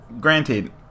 Granted